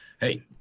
Hey